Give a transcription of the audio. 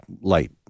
light